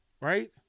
right